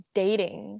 dating